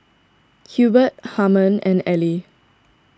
Hubert Harmon and Ellie